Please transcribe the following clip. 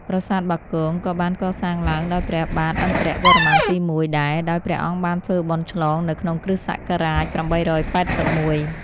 ប្រាសាទបាគង ក៏បានកសាងឡើងដោយព្រះបាទឥន្ទ្រវរ្ម័នទី ១ ដែរ ដោយព្រះអង្គបានធ្វើបុណ្យឆ្លងនៅក្នុងគ្រិស្តសករាជ ៨៨១ ។